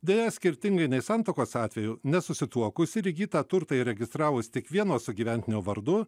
deja skirtingai nei santuokos atveju nesusituokus ir įgytą turtą įregistravus tik vieno sugyventinio vardu